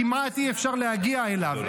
כמעט אי-אפשר להגיע אליו,